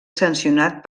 sancionat